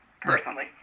personally